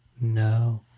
no